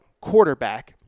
quarterback